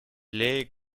lee